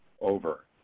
over